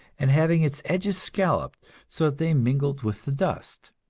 and having its edges scalloped so that they mingled with the dust.